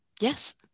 Yes